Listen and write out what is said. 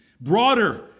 broader